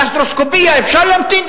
גסטרוסקופיה, אפשר להמתין?